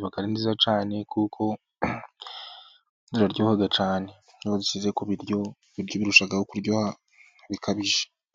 iba ari myiza cyane kuko iraryoha cyane, iyo uyishyize ku biryo, ibiryo birushaho kuryoha bikabije.